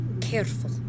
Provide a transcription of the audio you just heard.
careful